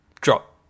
drop